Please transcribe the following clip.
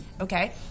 okay